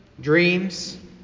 dreams